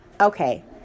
Okay